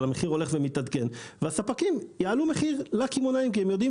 המחיר הולך ומתעדכן והספקים יעלו מחיר לקמעונאים כי הם יודעים